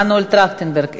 מנואל טרכטנברג,